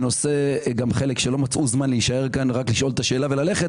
גם אלה שלא מצאו זמן להישאר פה רק לשאול שאלה וללכת